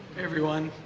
everyone.